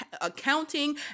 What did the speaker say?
accounting